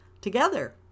together